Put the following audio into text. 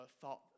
thought